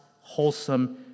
wholesome